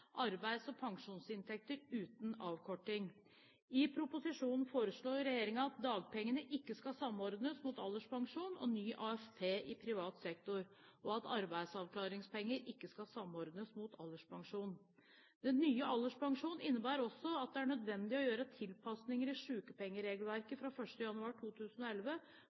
arbeids- og pensjonsinntekter uten avkorting. I proposisjonen foreslår regjeringen at dagpengene ikke skal samordnes mot alderspensjon og ny AFP i privat sektor, og at arbeidsavklaringspenger ikke skal samordnes mot alderspensjonen. Den nye alderspensjonen innebærer også at det er nødvendig å gjøre tilpasninger i sykepengeregelverket fra 1. januar 2011